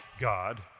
God